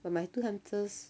but my two hamsters